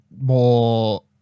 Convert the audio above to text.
more